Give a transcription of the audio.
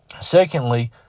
Secondly